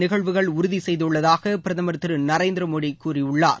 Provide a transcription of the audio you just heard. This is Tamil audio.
நிகழ்வுகள் உறுதி செய்துள்ளதாக பிரதமர் திரு நரேந்திரமோடி கூறியுள்ளார்